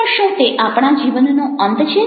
પણ શું તે આપણા જીવનનો અંત છે